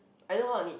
I know how to knit